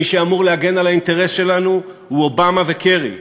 מי שאמורים להגן על האינטרס שלנו הם אובמה וקרי,